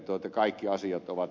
elikkä kaikki asiat ovat